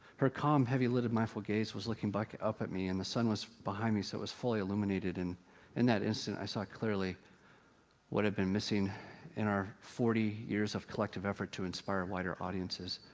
her calm, heavy-lidded, mindful gaze, was looking back up at me. and the sun was behind me, so it was fully illuminated. and in that instant i saw clearly what had been missing in our forty years of collective effort to inspire wider audiences.